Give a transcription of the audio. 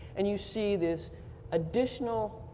and you see this additional